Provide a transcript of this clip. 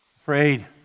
Afraid